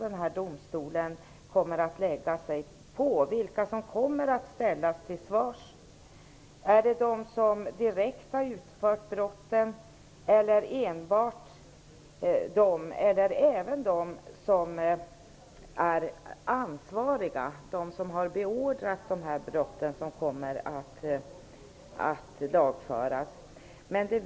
Det skall bli intressant att se vilka som skall ställas till svars. Är det enbart de som direkt har utfört brotten, eller är det även de som är ansvariga, de som har beordrat brotten, som skall lagföras?